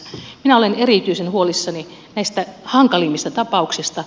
minä olen erityisen huolissani näistä hankalimmista tapauksista